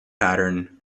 pattern